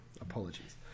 Apologies